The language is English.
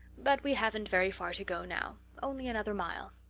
but we haven't very far to go now only another mile.